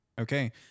Okay